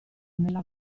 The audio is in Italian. nella